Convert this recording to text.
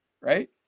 right